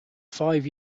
five